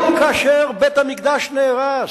גם כאשר בית-המקדש נהרס,